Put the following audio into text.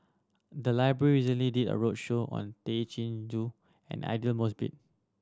the library recently did a roadshow on Tay Chin Joo and Aidli Mosbit